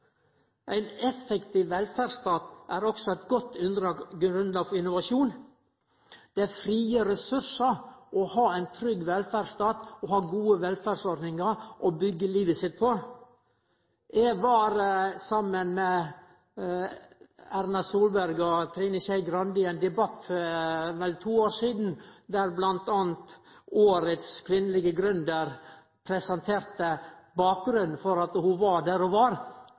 Ein effektiv velferdsstat er også eit godt grunnlag for innovasjon. Det frigjer ressursar å ha ein trygg velferdsstat og gode velferdsordningar å byggje livet sitt på. Eg var saman med Erna Solberg og Trine Skei Grande i ein debatt for vel to år sidan, der bl.a. årets kvinnelege gründer presenterte bakgrunnen for at ho var der ho var.